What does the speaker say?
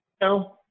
no